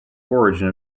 origin